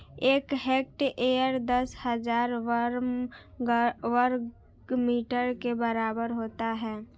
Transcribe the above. एक हेक्टेयर दस हज़ार वर्ग मीटर के बराबर होता है